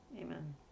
amen